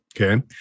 Okay